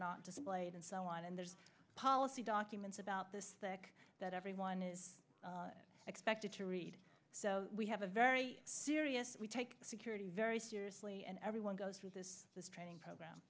not displayed and so on and there's policy documents about the spec that everyone is expected to read so we have a very serious we take security very seriously and everyone goes through this training program